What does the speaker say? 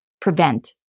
prevent